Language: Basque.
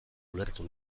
ulertu